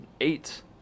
eight